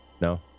No